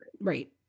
Right